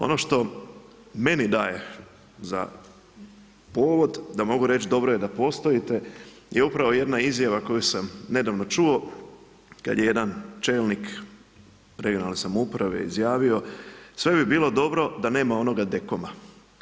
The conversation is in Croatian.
Ono što meni daje za povod da mogu reći dobro je što postojite je upravo jedna izjava koju sam nedavno čuo kada je jedan čelnik regionalne samouprave izjavio sve bi bilo dobro da nema onoga DKOM-a.